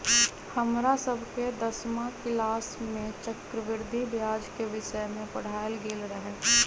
हमरा सभके दसमा किलास में चक्रवृद्धि ब्याज के विषय में पढ़ायल गेल रहै